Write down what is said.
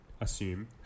assume